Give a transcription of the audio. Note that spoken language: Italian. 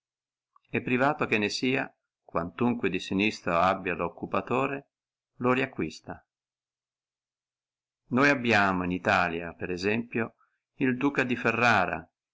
e privato che ne fia quantunque di sinistro abbi loccupatore lo riacquista noi abbiamo in italia in exemplis el duca di ferrara